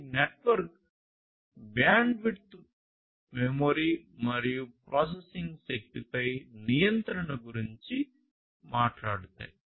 ఇవి network bandwidth memory మరియు processing శక్తిపై నియంత్రణ గురించి మాట్లాడుతాయి